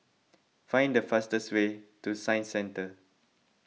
find the fastest way to Science Centre